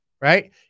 right